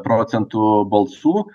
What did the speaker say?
procentų balsų